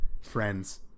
friends